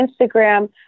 Instagram